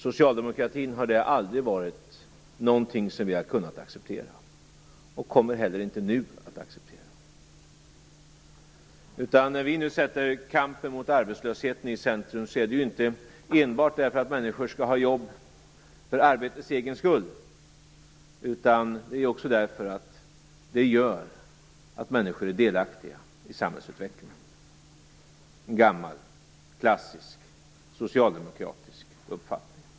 Socialdemokratin har aldrig kunnat acceptera det, och vi kommer inte heller nu att acceptera det. När vi nu sätter kampen mot arbetslösheten i centrum är det inte enbart därför att människor skall ha jobb för arbetets egen skull, utan också därför att det gör att människor är delaktiga i samhällsutvecklingen. Det är en gammal klassisk socialdemokratisk uppfattning.